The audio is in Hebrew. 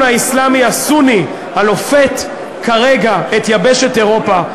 האסלאמי הסוני הלופת כרגע את יבשה אירופה,